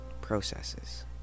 processes